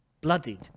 bloodied